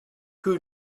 who